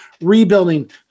rebuilding